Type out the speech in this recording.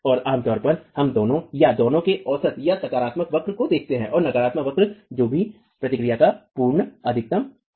और आमतौर पर हम दोनों या दोनों के औसत या सकारात्मक वक्र को देखते हैं और नकारात्मक वक्र जो भी प्रतिक्रिया का पूर्ण अधिकतम है